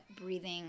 breathing